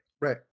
Right